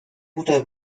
guter